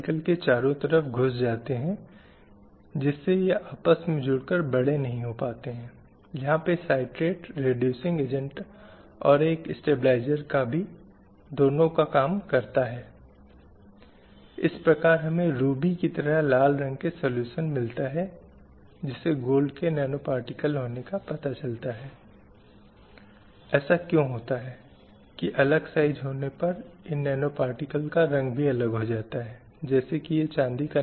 यह सिर्फ एक समझ देने के लिए है कि काल के साथ महिलाओं की बदलती स्थिति क्या है और क्या जिसे हम अब असमानता की स्थिति हीनता की स्थिति के रूप में कहते हैं कि पूरी कालावधि में भारतीय समाज में क्या महिलाओं की वही स्थिति रही है